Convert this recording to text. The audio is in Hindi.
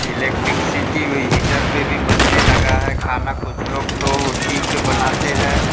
इलेक्टिकसीटी भी हीटर पर भी बनने लगा है खाना कुछ लोग तो उसी पर बनाते हैं